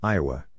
Iowa